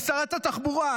היא שרת התחבורה,